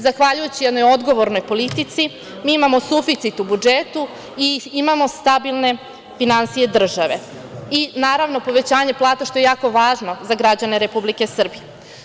Zahvaljujući jednoj odgovornoj politici, mi imamo suficit u budžetu i imamo stabilne finansije države i naravno, povećanje plata, što je jako važno za građane Republike Srbije.